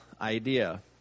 idea